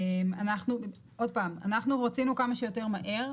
אנחנו, עוד פעם, אנחנו רצינו כמה שיותר מהר.